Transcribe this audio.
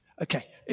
okay